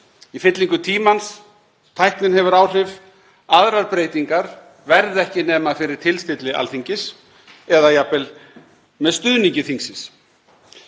í fyllingu tímans, tæknin hefur áhrif. Aðrar breytingar verða ekki nema fyrir tilstilli Alþingis eða jafnvel með stuðningi þingsins.